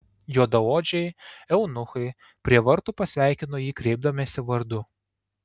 juodaodžiai eunuchai prie vartų pasveikino jį kreipdamiesi vardu